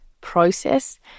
process